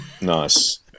Nice